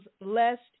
lest